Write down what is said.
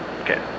Okay